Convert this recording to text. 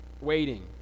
waiting